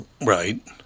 Right